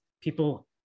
people